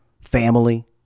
Family